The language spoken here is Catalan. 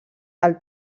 del